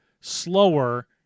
slower